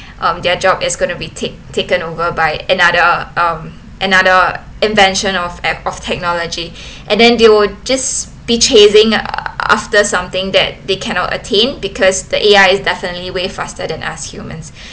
um their job is going to be take taken over by another um another invention of a~ of technology and then they would just be chasing after something that they cannot attain because the A_I is definitely way faster than us humans